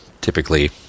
typically